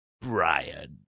Brian